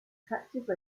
attractive